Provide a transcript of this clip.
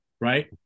Right